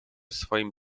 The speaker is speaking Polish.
swoim